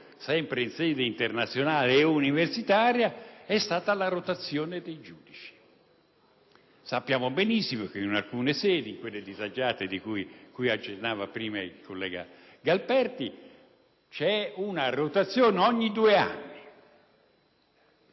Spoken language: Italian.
sempre in sede internazionale e universitaria è stata la rotazione dei giudici. Sappiamo benissimo che in alcune sedi, quelle disagiate cui accennava il collega Galperti, c'è una rotazione ogni due anni:vi